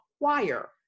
acquire